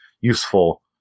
useful